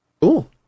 Cool